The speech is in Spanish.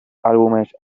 álbumes